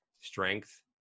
strength